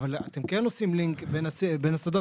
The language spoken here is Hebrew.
אבל אתם כן עושים לינק בין השדות.